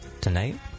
tonight